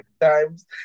times